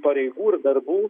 pareigų ir darbų